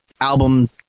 album